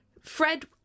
Fred